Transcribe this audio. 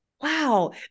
wow